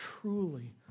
truly